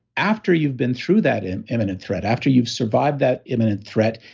after you've been through that and imminent threat, after you've survived that imminent threat,